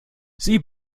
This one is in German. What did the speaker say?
sie